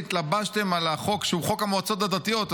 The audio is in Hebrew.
התלבשתם על החוק שהוא חוק המועצות הדתיות.